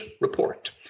report